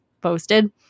posted